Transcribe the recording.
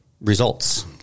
results